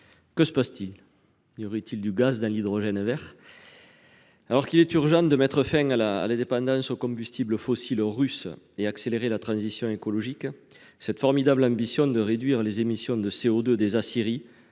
Que se passe t il ? Y aurait il du gaz dans l’hydrogène vert ? Alors qu’il est urgent de mettre fin à la dépendance aux combustibles fossiles russes et d’accélérer la transition écologique, la formidable ambition de réduire les émissions de CO2 des aciéries